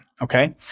Okay